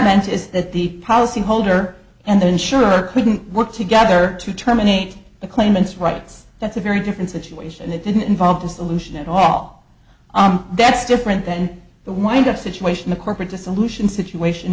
meant is that the policyholder and the insurer couldn't work together to terminate the claimants rights that's a very different situation and it didn't involve a solution at all that's different then the wind up situation the corporate dissolution situation